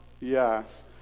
Yes